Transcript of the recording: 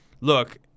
Look